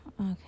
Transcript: Okay